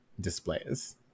displays